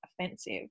offensive